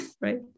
right